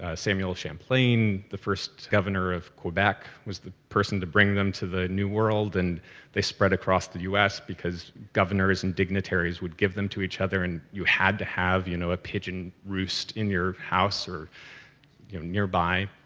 ah samuel champlain, the first governor of quebec, was the person to bring them to the new world. world. and they spread across the u s. because governors and dignitaries would give them to each other, and you had to have you know a pigeon roost in your house or nearby.